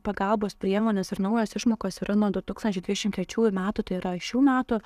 pagalbos priemonės ir naujos išmokos yra nuo du tūkstančiai dvidešimt trečiųjų metų tai yra šių metų